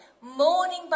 morning